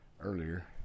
earlier